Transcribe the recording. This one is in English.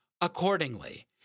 Accordingly